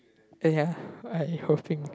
ya I hoping